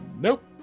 Nope